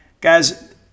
guys